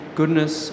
goodness